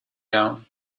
gown